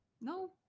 No